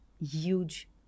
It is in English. huge